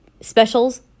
specials